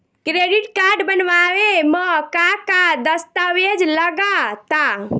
Credit card बनवावे म का का दस्तावेज लगा ता?